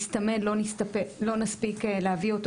מסתמן שלא נספיק להביא אות.